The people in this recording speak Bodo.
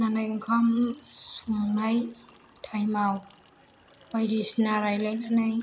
ओंखाम संनाय टाइमाव बायदिसिना रायलायनानै